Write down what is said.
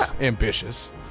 Ambitious